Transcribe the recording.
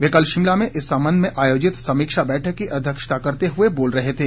वे कल शिमला में इस सम्बंध में आयोजित समीक्षा बैठक की अध्यक्षता करते हुए बोल रहे थे